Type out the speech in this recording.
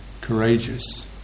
courageous